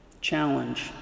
challenge